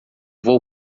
vou